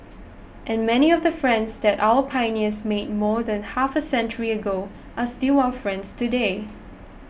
and many of the friends that our pioneers made more than half a century ago are still our friends today